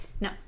No